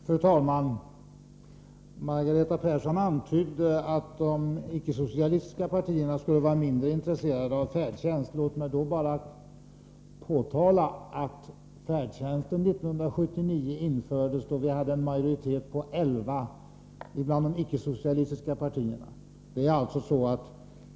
Fru talman! Margareta Persson antydde att de icke-socialistiska partierna skulle vara mindre intresserade av färdtjänst. Låt mig då bara påtala att riksfärdtjänsten infördes 1979 då vi hade en majoritet för de icke-socialistiska partierna.